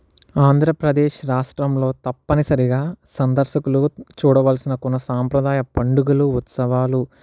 ఆంధ్రప్రదేశ్ రాష్ట్రంలో తప్పనిసరిగా సందర్శకులు చూడవలసిన కొన్ని సాంప్రదాయ పండుగలు ఉత్సవాలు